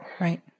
right